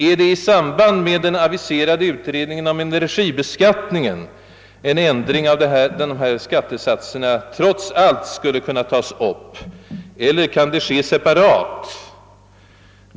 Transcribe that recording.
är det i samband med den aviserade utredningen om energibeskattningen som en ändring av de här skattesatserna trots allt skulle kunna tas upp eller kan det ske separat?